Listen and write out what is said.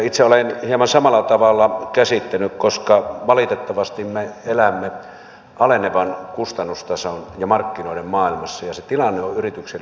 itse olen hieman samalla tavalla käsittänyt koska valitettavasti me elämme alenevan kustannustason ja markkinoiden maailmassa ja se tilanne on yrityksille erityisen vaikea